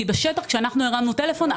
כי בשטח כשאנחנו הרמנו טלפון,